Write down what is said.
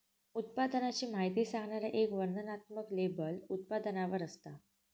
उत्पादनाची माहिती सांगणारा एक वर्णनात्मक लेबल उत्पादनावर असता